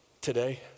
today